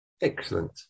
Excellent